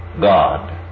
God